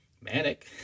manic